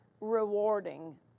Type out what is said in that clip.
rewarding